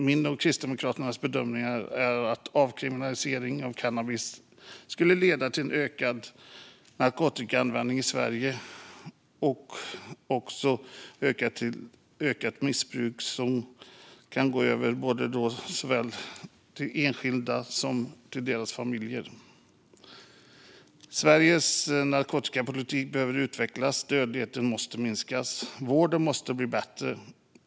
Min och Kristdemokraternas bedömning är att en avkriminalisering av cannabis skulle leda till en ökad narkotikaanvändning i Sverige och också till ett ökat missbruk som går ut över såväl enskilda som deras familjer. Sveriges narkotikapolitik behöver utvecklas. Dödligheten måste minska, och vården måste bli bättre.